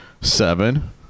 Seven